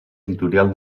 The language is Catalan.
editorial